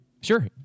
sure